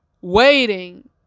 waiting